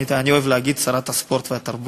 אני אוהב להגיד: שרת הספורט והתרבות,